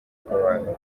bw’abantu